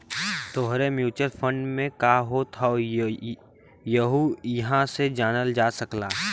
तोहरे mutual fund में का होत हौ यहु इहां से जानल जा सकला